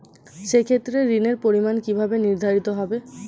সে ক্ষেত্রে ঋণের পরিমাণ কিভাবে নির্ধারিত হবে?